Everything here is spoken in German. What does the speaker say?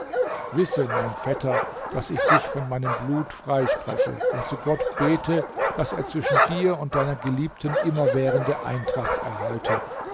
wisse mein vetter daß ich dich von meinem blut freispreche und zu gott bete daß er zwischen dir und deiner geliebten immerwährende eintracht erhalte